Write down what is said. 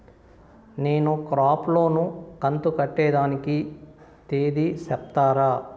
నేను crop loan కంతు కట్టేదానికి తేది సెప్తారా?